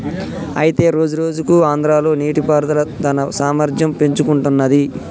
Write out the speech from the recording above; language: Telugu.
అయితే రోజురోజుకు ఆంధ్రాలో నీటిపారుదల తన సామర్థ్యం పెంచుకుంటున్నది